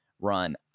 run